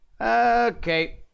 Okay